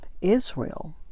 Israel